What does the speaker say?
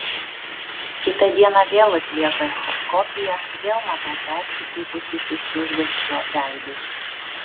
kitą dieną vėl atlieka echoskopiją vėl matau persikreipusius iš išgąsčio veidus